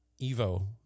EVO